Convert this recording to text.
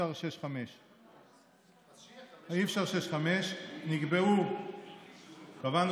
אי-אפשר 5:6. אז שיהיה 5:5. אי-אפשר 5:6. קבענו